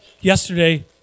yesterday